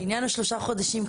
לעניין שלושת החודשים,